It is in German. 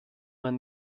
man